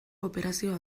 operazioa